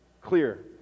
clear